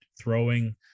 throwing